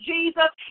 Jesus